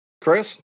Chris